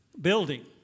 building